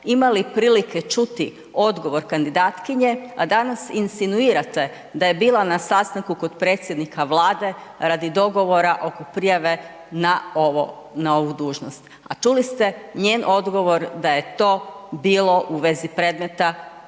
imali prilike čuti odgovor kandidatkinje, a danas insinuirate da je bila na sastanku kod predsjednika Vlade radi dogovora oko prijave na ovo, na ovu dužnost, a čuli ste njen odgovor da je to bilo u vezi predmeta